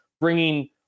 bringing